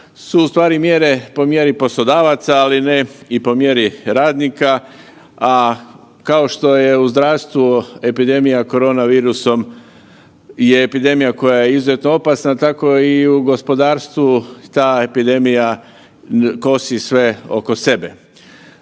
su u stvari mjere po mjeri poslodavaca, ali ne i po mjeri radnika, a kao što je u zdravstvu epidemija korona virusom je epidemija koja je izuzetno opasna tako i u gospodarstvu ta epidemija kosi sve oko sebe.